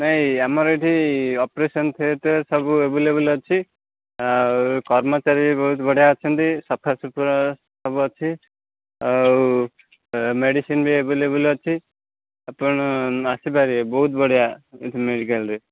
ନାହିଁ ଆମର ଏଇଠି ଅପରେସନ ଥିଏଟର ସବୁ ଆଭେଲେବୁଲ ଅଛି ଆଉ କର୍ମଚାରୀ ବହୁତ ବଢ଼ିଆ ଅଛନ୍ତି ସଫା ସୁତୁରା ସବୁ ଅଛି ଆଉ ମେଡ଼ିସିନ ବି ଏଭେଲେବୁଲ ଅଛି ଆପଣ ଆସିପାରିବେ ବହୁତ ବଢ଼ିଆ ଏଇଠି ମେଡ଼ିକାଲରେ